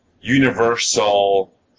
universal